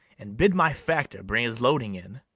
and bid my factor bring his loading in.